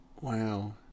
Wow